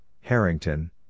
Harrington